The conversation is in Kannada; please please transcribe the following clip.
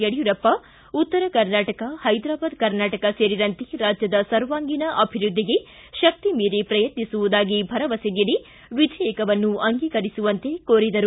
ಯಡಿಯೂರಪ್ಪ ಉತ್ತರ ಕರ್ನಾಟಕ ಹೈದರಾಬಾದ ಕರ್ನಾಟಕ ಸೇರಿದಂತೆ ರಾಜ್ಯದ ಸರ್ವಾಂಗೀಣ ಅಭಿವೃದ್ದಿಗೆ ಶಕ್ತಿ ಮೀರಿ ಪ್ರಯತ್ನಿಸುವುದಾಗಿ ಭರವಸೆ ನೀಡಿ ವಿಧೇಯಕವನ್ನು ಅಂಗೀಕರಿಸುವಂತೆ ಕೋರಿದರು